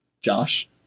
Josh